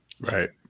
Right